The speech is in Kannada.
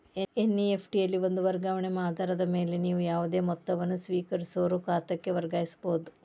ಎನ್.ಇ.ಎಫ್.ಟಿ ನಲ್ಲಿ ಒಂದ ವರ್ಗಾವಣೆ ಆಧಾರದ ಮ್ಯಾಲೆ ನೇವು ಯಾವುದೇ ಮೊತ್ತವನ್ನ ಸ್ವೇಕರಿಸೋರ್ ಖಾತಾಕ್ಕ ವರ್ಗಾಯಿಸಬಹುದ್